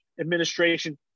administration